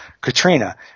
Katrina